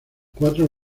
cuatro